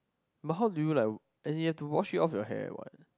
but how do you like as in you have to wash off your hair what